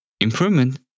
improvement